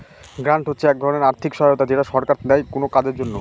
grant হচ্ছে এক ধরনের আর্থিক সহায়তা যেটা সরকার দেয় কোনো কাজের জন্য